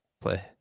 play